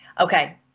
Okay